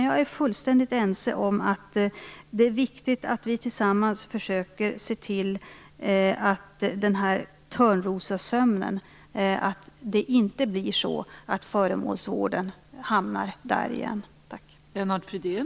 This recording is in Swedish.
Jag är dock fullständigt ense om att det är viktigt att vi tillsammans försöker se till att föremålsvården inte hamnar i den här törnrosasömnen igen.